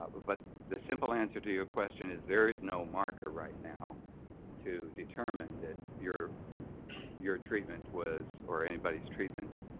ah but but the simple answer to your question is there is no marker right now to determine that your your treatment was, or anybody's treatment